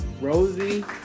Rosie